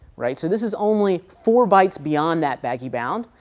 right. so this is only four bytes beyond that baggy bound.